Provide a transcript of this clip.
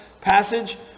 passage